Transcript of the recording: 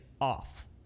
off